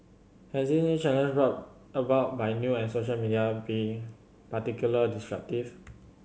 has this new challenge brought about by new and social media been particular disruptive